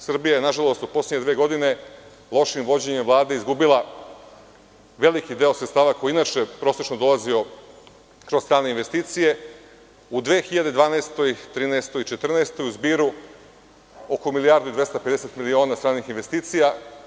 Srbija je, nažalost, u poslednje dve godine, lošim vođenjem Vlade izgubila veliki deo sredstava koji je inače prosečno dolazio kroz strane investicije u 2012, 2013. i 2014. godini u zbiru oko milijardu i 250 miliona stranih investicija.